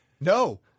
No